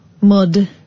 Mud